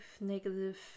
negative